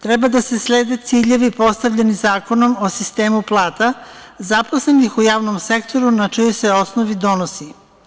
Treba da se slede ciljevi postavljeni Zakonom o sistemu plata zaposlenih u javnom sektoru na čijoj se osnovi donosi.